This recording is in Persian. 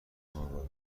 آگاه